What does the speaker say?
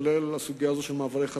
ובכללן הסוגיה הזו של מעברי חצייה,